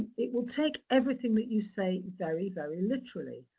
it will take everything that you say very, very literally.